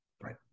Right